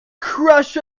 crush